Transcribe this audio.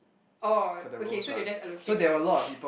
oh okay so they just allocate right